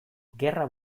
gerra